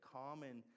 common